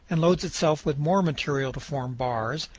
and loads itself with more material to form bars,